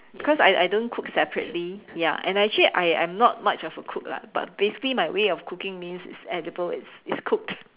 because I I don't cook separately ya and I actually I I'm not much of a cook lah but basically my way of cooking means it's edible it's it's cooked